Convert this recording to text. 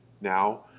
now